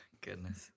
goodness